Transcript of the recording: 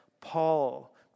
Paul